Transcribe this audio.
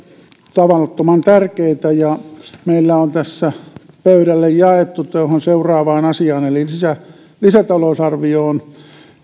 tavattoman tärkeitä ja meillä on tässä pöydälle jaettu tuohon seuraavaan asiaan eli lisätalousarvioon